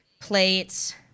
plates